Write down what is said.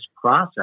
process